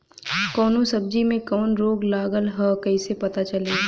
कौनो सब्ज़ी में कवन रोग लागल ह कईसे पता चली?